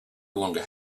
longer